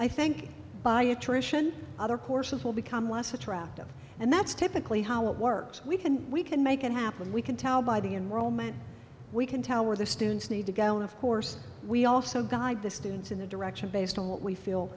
i think by attrition other courses will become less attractive and that's typically how it works we can we can make it happen we can tell by the enrollment we can tell where the students need to go and of course we also guide the students in a direction based on what we feel